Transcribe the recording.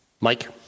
Mike